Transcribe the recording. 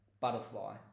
Butterfly